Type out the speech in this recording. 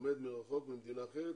לומד מרחוק במדינה אחרת.